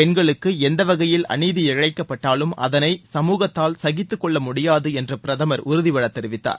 பெண்களுக்கு எந்தவகையில் அநீதி இழைக்கப்பட்டாலும் அதனை மக்கள் சமூகத்தால் சகித்துக்கொள்ள முடியாது என்று பிரதமர் உறுதிபட தெரிவித்தார்